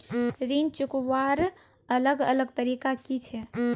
ऋण चुकवार अलग अलग तरीका कि छे?